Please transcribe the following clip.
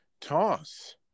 toss